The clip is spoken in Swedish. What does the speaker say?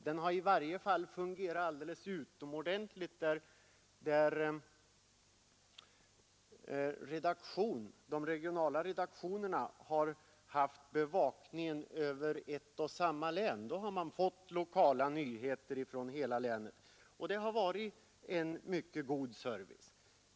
Den har i varje fall fungerat alldeles utomordentligt där de regionala redaktionerna har haft bevakningen över ett och samma län. Då har man fått lokala nyheter från hela länet. Det har varit mycket god service.